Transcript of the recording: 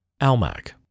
Almac